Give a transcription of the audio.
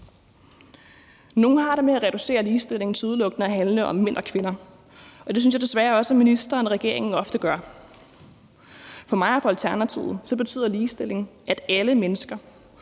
Nogle har det med at reducere ligestilling til udelukkende at handle om mænd og kvinder, og det synes jeg desværre også ministeren og regeringen ofte gør. For mig og for Alternativet betyder ligestilling, at alle mennesker,